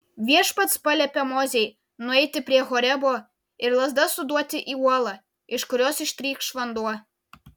viešpats paliepė mozei nueiti prie horebo ir lazda suduoti į uolą iš kurios ištrykš vanduo